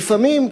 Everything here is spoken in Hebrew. לפעמים,